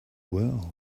world